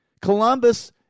columbus